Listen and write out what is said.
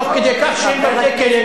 תוך כדי כך שהם בבתי-כלא.